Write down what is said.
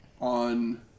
on